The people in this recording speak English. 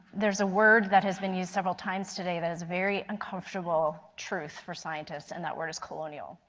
there is a word that has been used several times today that is very uncomfortable truth for scientists. and that word is colonial.